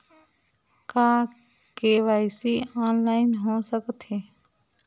का KYC online हो सकथे?